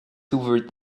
hoovered